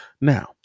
Now